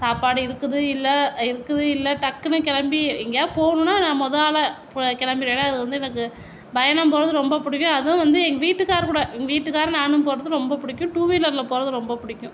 சாப்பாடு இருக்குது இல்லை இருக்குது இல்லை டக்குன்னு கிளம்பி எங்கேயாவது போகணுன்னா நான் மொதல் ஆளாக கிளம்பிடுவேன் ஏன்னால் அது வந்து எனக்கு பயணம் போவது ரொம்ப பிடிக்கும் அதுவும் வந்து எங்கள் வீட்டுக்காரர் கூட எங்கள் வீட்டுக்காரர் நானும் போவது ரொம்ப பிடிக்கும் டூவீலரில் போவது ரொம்ப பிடிக்கும்